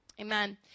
Amen